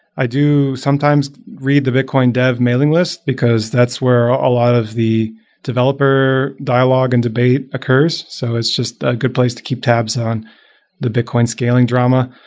i do sometimes read the bitcoin dev mailing list because that's where a lot of the developer dialogue and debate occurs. so it's just a good place to keep tabs on the bitcoin scaling drama.